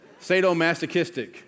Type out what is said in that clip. sadomasochistic